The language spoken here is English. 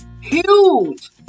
Huge